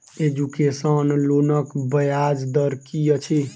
Education लोनक ब्याज दर की अछि?